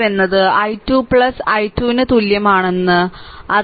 5 എന്നത് i 2 i 2 ന് തുല്യമാണെന്ന് i 2 ന് തുല്യമാണ്